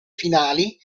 finali